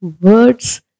words